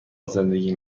زندگی